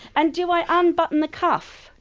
and do i unbutton the cuff?